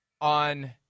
on